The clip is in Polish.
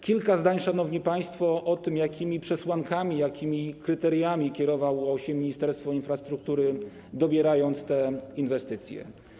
Kilka zdań, szanowni państwo, o tym, jakimi przesłankami, jakimi kryteriami kierowało się Ministerstwo Infrastruktury, dobierając te inwestycje.